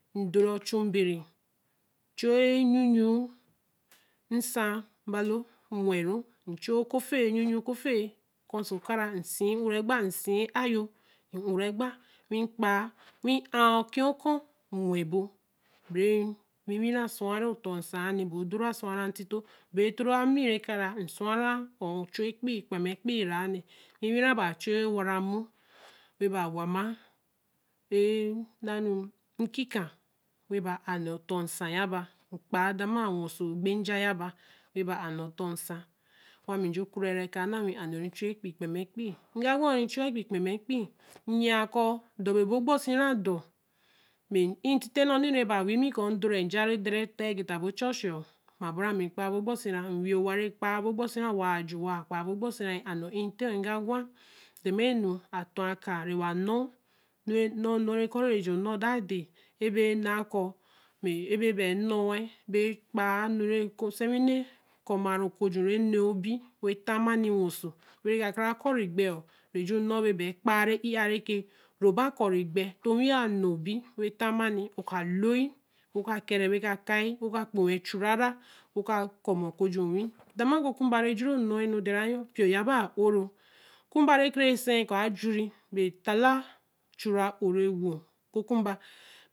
Mdorɛ chumbere. nchuee ñnyuyuu ñsã mbalo mnwɛru. mchu okofee nnyuyuu okofee nwoso ka rã nsii ura egba. nsi ayo ura gba nwii nkpaa nwii'ãokiɔkɔ nnwɛ bo breonwinwi rã sũa ri ɔtɔ ñsãri. ndoro sũa ra ntito bee tora mi ekarã msũara'ɔ hu ekpii kpama ekpii ra ri nwinwi rã baa chue wara mmu webogwa ma. bee nnanuu nkika webaa'a nɛɛɔtɔ ñsã yaba. mkpaa dãmaa nnwoso egba nja yaba we baa'a nɔ̃ɔ tɔɔ ñsã wami mkurɛ rã ɛka nna wii mjuu'a nɛɛ'ɔ̃ ochu ekpii kpama ekpii. mga gwa'ɔ̃ mucha ekpii kpamaa ekpii. nnyia kɔɔ dɔ be bo gbɔsi ra dɔ mɛ oii ntitɛ nnɔni rɛ baa wii mi kɔɔ mdorɛ njarɛ dɛrɔ taageta ba chɔchiɔ mɛ agwaru rɛ̃ ba mi ekpaa ebo ɔgbɔsi rã waa ju waa kpaa bo gbɔsi rã and o'ii ntɛɛ mga gwa demee nu atɔ kaa nɛwa nɔ̃. rẽ ɔnɔ̃nɔ rɛ kɔ rẽ juu nɔ that day. ebee naa kɔ me ebe bɛi enɔ̃ɛ beekpaa enu nsɛnwinɛ kɔmaari okojurɛ nɛɛobi weta mmani nwoso wereka kara kɔri gbɛɔ be ju nɔ be bai kpaa re'a rẽ ke ro ba kɔri gbɛ to onwi yoa nobi wetã mmani ɔka loi wo ka kɛrɛ̃ we ka kai woka kpennwɛ churara wo ka kɔma okoju onwi. dama oku okumba rɛ juri nɔe'nu dɛrɛ yɔ̃ mpio yaba oro kumba rẽ ke rɛ sɛ kɔ ajuri be tala chu ra'o-rɛ-wo oku ajuri be tala chu ra'o-rɛ̃-wo oku okumba